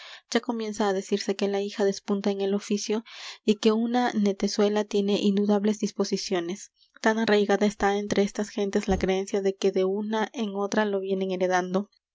ya comienza á decirse que la hija despunta en el oficio y que una netezuela tiene indudables disposiciones tan arraigada está entre estas gentes la creencia de que de una en otra lo vienen heredando